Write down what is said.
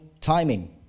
timing